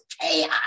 chaos